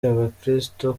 abakristo